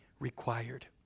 Required